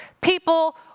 people